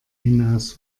hinaus